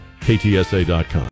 KTSA.com